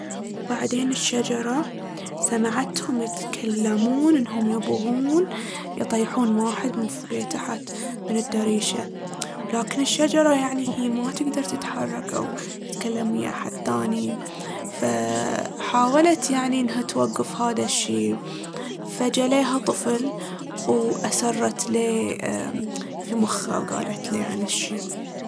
وبعدين الشجرة سمعتهم يتكلمون إنهم يبغون يطيحون واحد من فوق لي تحت من الدريشة. ولكن الشجرة يعني هي ما تقدر تتحرك أو تتكلم ويا أحد ثاني، فحاولت يعني إنها توقف هذا الشي. فجا ليها طفل وأسرت ليه أمم في مخه وقالت ليه عن الشي.